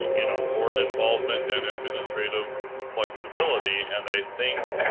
you know, board involvement and administrative flexibility and i think,